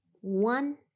one